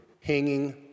hanging